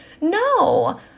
No